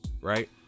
right